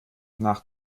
nach